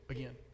Again